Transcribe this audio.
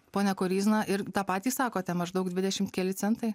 ponia koryzna ir tą patį sakote maždaug dvidešimt keli centai